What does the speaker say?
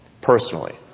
personally